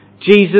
Jesus